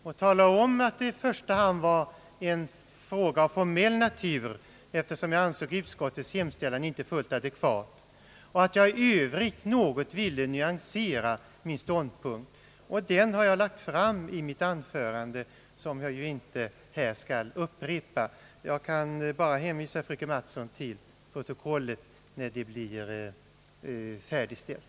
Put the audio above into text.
Jag talade där om att det i första hand var en fråga av formell natur då jag ansåg att utskottets hemställan inte var fullt adekvat och att jag i övrigt något ville nyansera min ståndpunkt — och den har jag ju lagt fram i mitt anförande, som jag inte här skall upprepa. Jag kan bara hänvisa fröken Mattson att ta del av protokollet när det blir färdigställt.